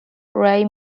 ray